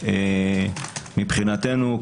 מבחינתנו,